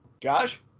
Josh